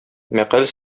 мәкаль